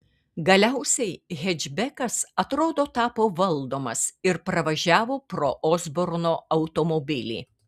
galiausiai hečbekas atrodo tapo valdomas ir pravažiavo pro osborno automobilį